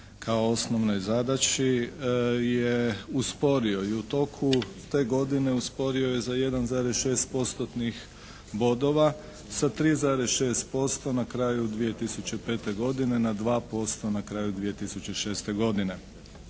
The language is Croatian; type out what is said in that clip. kao osnovnoj zadaći je usporio i u toku te godine usporio je za 1,6 postotnih bodova, sa 3,6% na kraju 2005. godine na 2% na kraju 2006. godine.